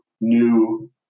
new